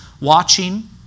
watching